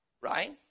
right